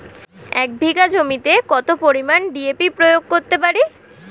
এক বিঘা জমিতে কত পরিমান ডি.এ.পি প্রয়োগ করতে পারি?